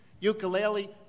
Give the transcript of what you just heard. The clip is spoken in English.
Ukulele